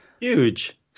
huge